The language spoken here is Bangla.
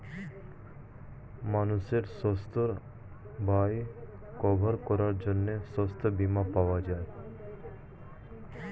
মানুষের সাস্থের ব্যয় কভার করার জন্যে সাস্থ বীমা পাওয়া যায়